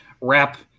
wrap